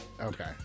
Okay